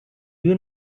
you